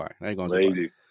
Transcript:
Lazy